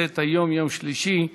היום יום שלישי,